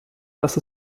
dass